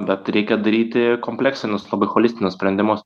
bet reikia daryti kompleksinius labai holistinius sprendimus